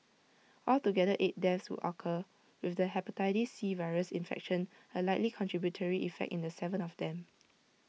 altogether eight deaths would occur with the Hepatitis C virus infection A likely contributory factor in Seven of them